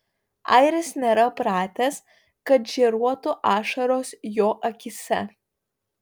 airis nėra pratęs kad žėruotų ašaros jo akyse